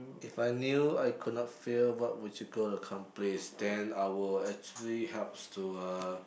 if I knew I could not fail what would you go accomplish then I would actually helps to uh